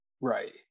Right